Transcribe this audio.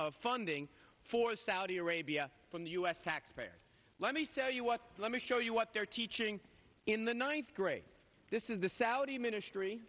funding for saudi arabia from the us taxpayer let me tell you what let me show you what they're teaching in the ninth grade this is the saudi ministry